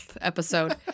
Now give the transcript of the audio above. episode